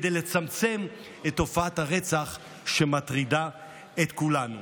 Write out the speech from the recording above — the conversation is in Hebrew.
כדי לצמצם את תופעת הרצח שמטרידה את כולנו.